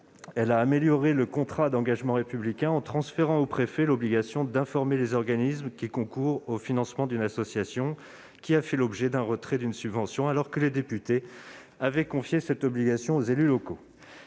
Elle a amélioré le contrat d'engagement républicain, en transférant au préfet l'obligation d'informer les organismes qui concourent au financement d'une association s'étant vu retirer une subvention, alors que les députés avaient confié cette obligation aux élus locaux.